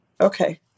Okay